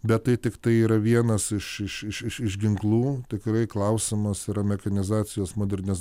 bet tai tai yra vienas iš iš iš iš iš ginklų tikrai klausimas yra mechanizacijos modernios